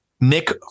Nick